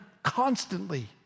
Constantly